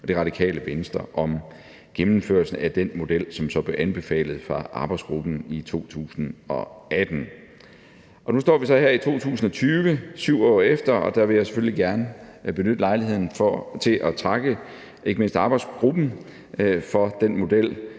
og Radikale Venstre om gennemførelsen af den model, som så blev anbefalet fra arbejdsgruppen i 2018. Nu står vi så her i 2020, 7 år efter, og der vil jeg selvfølgelig gerne benytte lejligheden til at takke ikke mindst arbejdsgruppen for den model,